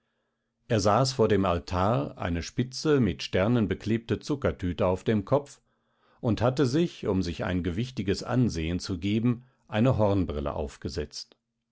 es saß vor dem altar eine spitze mit sternen beklebte zuckertüte auf dem kopf und hatte sich um sich ein gewichtiges ansehen zu geben ein hornbrille aufgesetzt